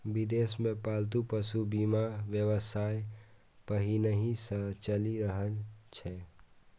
विदेश मे पालतू पशुक बीमा व्यवसाय पहिनहि सं चलि रहल छै